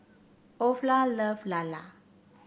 Olaf love Lala